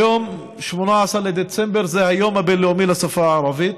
היום, 18 בדצמבר, זה היום הבין-לאומי לשפה הערבית.